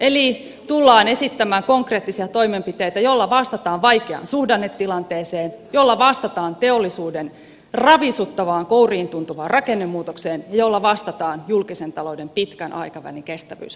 eli tullaan esittämään konkreettisia toimenpiteitä joilla vastataan vaikeaan suhdannetilanteeseen joilla vastataan teollisuuden ravisuttavaan kouriintuntuvaan rakennemuutokseen ja joilla vastataan julkisen talouden pitkän aikavälin kestävyyshaasteeseen